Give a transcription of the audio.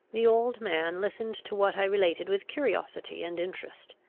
the old man listened to what i related with curiosity and interest.